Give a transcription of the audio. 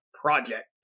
project